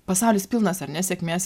pasaulis pilnas ar ne sėkmės